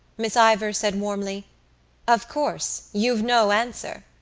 miss ivors said warmly of course, you've no answer.